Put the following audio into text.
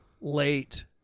late